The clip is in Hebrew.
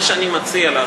מה שאני מציע לך,